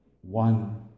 one